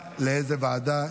נתקבלה.